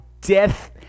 death